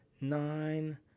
nine